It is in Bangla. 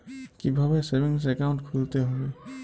কীভাবে সেভিংস একাউন্ট খুলতে হবে?